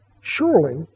Surely